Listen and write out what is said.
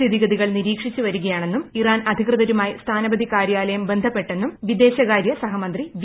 സ്ഥിതിഗതികൾ നിരീക്ഷിച്ചുവരികയാണെന്നും ഇറാൻ അധികൃതരുമായി സ്ഥാനപതി കാര്യാലയം ബന്ധപ്പെട്ടെന്നും വിദേശകാര്യ സഹമന്ത്രി വി